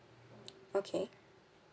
okay